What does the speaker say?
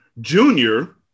Junior